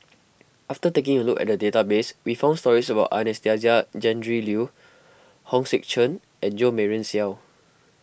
after taking a look at the database we found stories about Anastasia Tjendri Liew Hong Sek Chern and Jo Marion Seow